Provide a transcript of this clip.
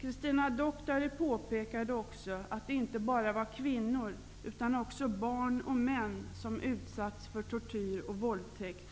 Christina Doctare påpekade också att det inte bara var kvinnor utan också barn och män som utsatts för tortyr och våldtäkt.